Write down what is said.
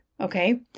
okay